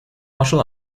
martial